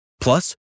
plus